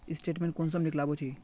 Statement कुंसम निकलाबो छी?